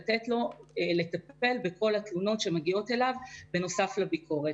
לתת לו לטפל בכל התלונות שמגיעות אליו בנוסף לביקורת.